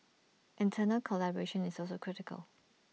internal collaboration is also critical